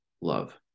love